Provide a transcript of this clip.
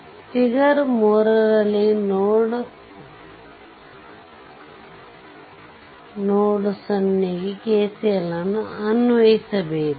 figure 3 ರಲ್ಲಿನ node o ಗೆ KCL ಅನ್ನು ಅನ್ವಯಿಸಬೇಕು